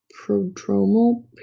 prodromal